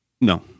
No